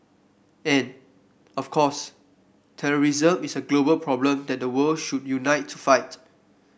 and of course terrorism is a global problem that the world should unite to fight